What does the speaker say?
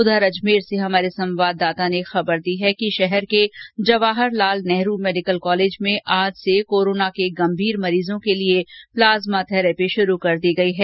हमारे अजमेर संवाददाता ने खबर दी है कि शहर के जवाहर लाल नेहरू मेडिकल कॉलेज में आज से कोरोना के गंभीर मरीजों के लिए प्लाज़्मा थेरेपी शुरू कर दी गई है